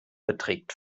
beträgt